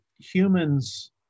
humans